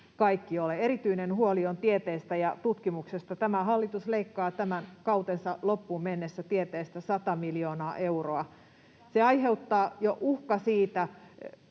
kaikki ole. Erityinen huoli on tieteestä ja tutkimuksesta. Tämä hallitus leikkaa tämän kautensa loppuun mennessä tieteestä 100 miljoonaa euroa. Jo uhka siitä